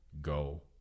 go